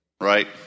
right